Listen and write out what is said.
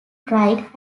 pride